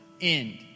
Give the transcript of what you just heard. end